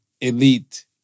elite